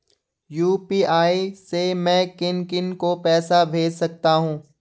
UPI से मैं किन किन को पैसे भेज सकता हूँ?